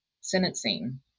sentencing